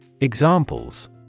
Examples